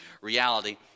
reality